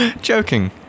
Joking